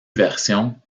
versions